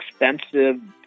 expensive